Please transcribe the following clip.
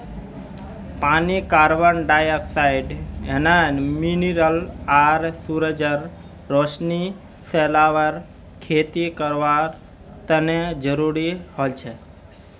पानी carbon dioxide mineral आर सूरजेर रोशनी शैवालेर खेती करवार तने जरुरी हछेक